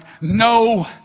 no